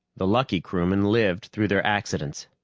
the lucky crewmen lived through their accidents,